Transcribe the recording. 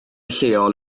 lleol